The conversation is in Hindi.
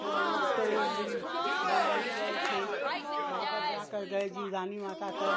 हमलोग तो मुम्बई गए थे वहाँ पर जाकर गए जिवदानी माता तर